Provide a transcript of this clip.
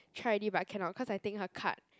try already but cannot cause I think her card